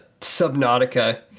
Subnautica